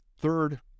third